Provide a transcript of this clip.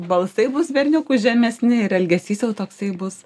balsai bus berniukų žemesni ir elgesys jau toksai bus